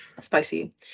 spicy